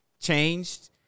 changed